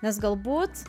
nes galbūt